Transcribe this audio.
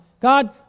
God